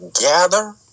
gather